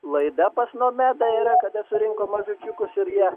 laida pas nomedą yra kada surinko mažučiukus ir jie